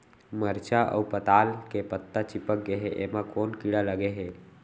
मरचा अऊ पताल के पत्ता चिपक गे हे, एमा कोन कीड़ा लगे है?